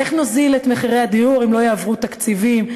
איך נוזיל את מחירי הדיור אם לא יעברו תקציבים?